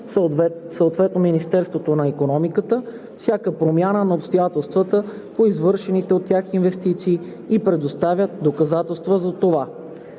съответно Министерството на икономиката всяка промяна на обстоятелствата по извършените от тях инвестиции и предоставят доказателства за това.“